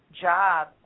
job